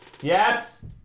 Yes